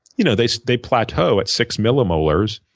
you know they so they plateau at six millimolars.